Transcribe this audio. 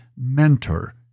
mentor